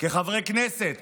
כחברי כנסת